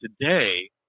today